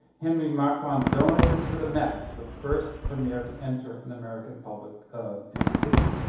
henry marcon donated to the met the first vermeer to enter an american public institution.